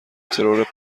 ترور